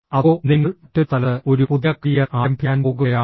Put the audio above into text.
അതോ നിങ്ങൾ മറ്റൊരു സ്ഥലത്ത് ഒരു പുതിയ കരിയർ ആരംഭിക്കാൻ പോകുകയാണോ